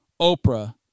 Oprah